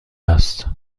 است